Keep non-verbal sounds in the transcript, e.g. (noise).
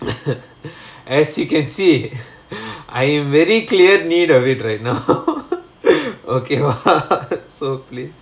(laughs) as you can see I am in very clear need of it right now (laughs) okay !wah! so please